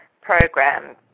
program